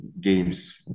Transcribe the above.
games